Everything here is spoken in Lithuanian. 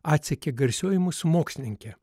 atsekė garsioji mūsų mokslininkė